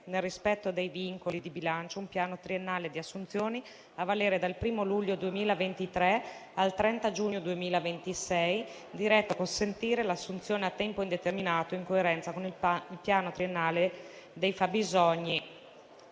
nel rispetto dei vincoli di bilancio, un piano triennale di assunzioni a valere dal 1° luglio 2023 al 30 giugno 2026 diretto a consentire l'assunzione a tempo indeterminato, in coerenza con il piano triennale dei fabbisogni